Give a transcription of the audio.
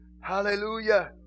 Hallelujah